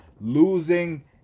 losing